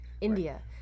India